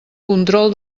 control